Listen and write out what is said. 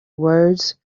words